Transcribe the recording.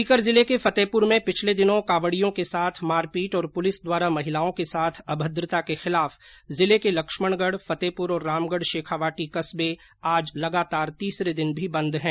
सीकर जिले के फतेहपुर में पिछले दिनों कावड़ियों के साथ मारपीट और पुलिस द्वारा महिलाओं के साथ अभद्रता के खिलाफ जिले के लक्ष्मणगढ़ फतेहपुर और रामगढ़ शेखावाटी कस्बे आज लगातार तीसरे दिन भी बंद है